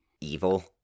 Evil